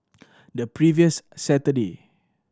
the previous Saturday